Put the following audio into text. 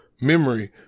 memory